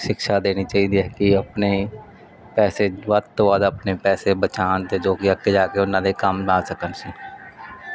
ਸਿਕਸ਼ਾ ਦੇਣੀ ਚਾਹੀਦੀ ਹੈ ਕੀ ਆਪਣੇ ਪੈਸੇ ਵੱਧ ਤੋਂ ਵੱਧ ਆਪਣੇ ਪੈਸੇ ਬਚਾਉਣ 'ਤੇ ਜੋ ਕੀ ਅੱਗੇ ਜਾ ਕੇ ਉਹਨਾਂ ਦੇ ਕੰਮ ਨਾ ਸਕਣ ਸੀ